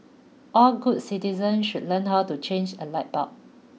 all good citizens should learn how to change a light bulb